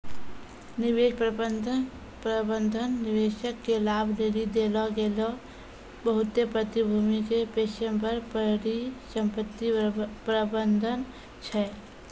निवेश प्रबंधन निवेशक के लाभ लेली देलो गेलो बहुते प्रतिभूति के पेशेबर परिसंपत्ति प्रबंधन छै